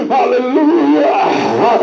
Hallelujah